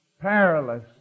perilous